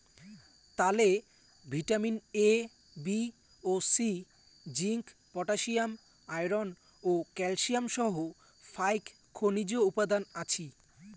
তালে vitamin A, B ও C, zinc, potassium, iron ও ক্যালসিয়াম সহ ফাইক খনিজ উপাদান আছি